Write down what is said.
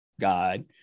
God